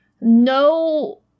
no